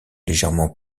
légèrement